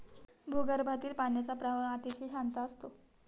भूगर्भातील पाण्याचा प्रवाह अतिशय शांत असतो